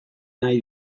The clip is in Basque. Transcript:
nahi